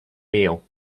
meal